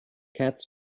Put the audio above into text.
cats